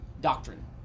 doctrine